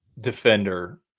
defender